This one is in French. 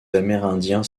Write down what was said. amérindiens